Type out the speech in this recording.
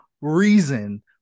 reason